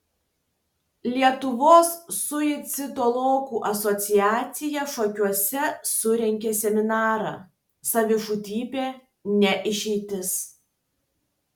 lietuvos suicidologų asociacija šakiuose surengė seminarą savižudybė ne išeitis